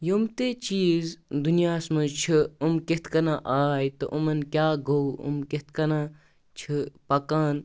یُم تہِ چیٖز دُنیاہَس منٛز چھِ یِم کِتھٕ کٔنۍ آے تہٕ یِمَن کیٛاہ گوٚو یِم کِتھٕ کٔنۍ چھِ پَکان